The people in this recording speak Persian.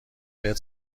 بهت